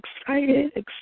excited